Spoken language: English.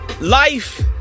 Life